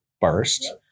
burst